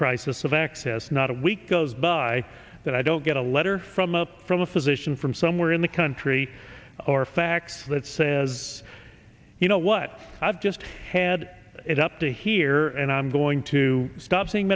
crisis of access not a week goes by that i don't get a letter from up from a physician from somewhere in the country or fax that says you know what i've just had it up to here and i'm going to stop seeing